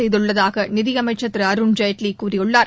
செய்துள்ளதாக நிதியமைச்சர் திரு அருண்ஜெட்லி கூறியுள்ளார்